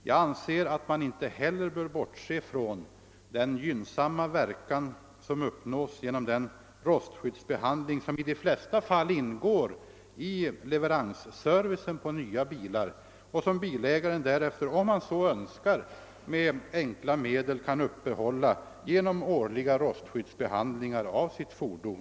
Jag anser att man inte heller bör bortse från den gynnsamma verkan som uppnås genom den rostskyddsbehandling som i de flesta fall ingår i leveransservicen på nya bilar och som bilägaren därefter — om han så önskar — med enkla medel kan uppehålla genom årliga rostskyddsbehandlingar av sitt fordon.